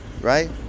Right